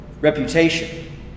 reputation